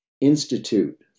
Institute